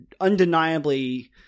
undeniably